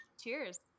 Cheers